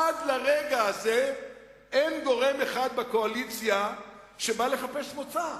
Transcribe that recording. עד לרגע הזה אין גורם אחד בקואליציה שבא לחפש מוצא,